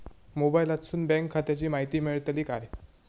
मोबाईलातसून बँक खात्याची माहिती मेळतली काय?